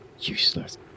Useless